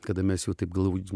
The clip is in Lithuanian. kada mes jau taip glaudžiai